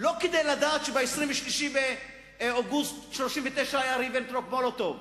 לא כדי לדעת שב-23 באוגוסט 1939 היה ריבנטרופ-מולוטוב.